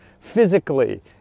physically